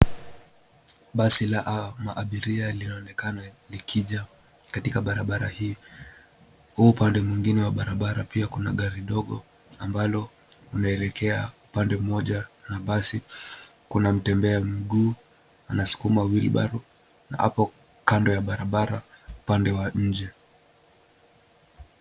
Basi la hawa maabiria linaonekana likija katika barabara hii. Huo upande mwengine wa barabara pia kuna gari dogo ambalo linaelekea upande mmoja na basi. Kuna mtembea mguu anasukuma wheelbarrow na hapo kando ya barabara upande wa nje.